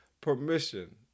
permission